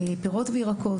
פירות וירקות,